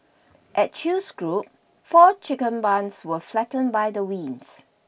at Chew's Group four chicken barns were flattened by the winds